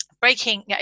breaking